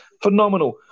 Phenomenal